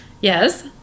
Yes